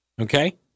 Okay